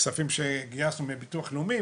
כספים שגייסנו מביטוח לאומי,